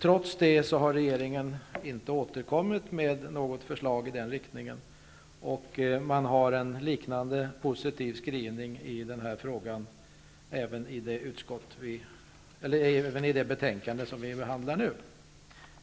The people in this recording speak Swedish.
Trots det har regeringen inte återkommit med något förslag i den här riktningen. Det finns en liknande positiv skrivning även i det betänkande vi behandlar nu.